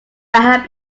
had